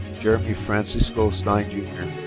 jeremy francisco stein jr.